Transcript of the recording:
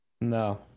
No